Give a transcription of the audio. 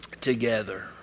together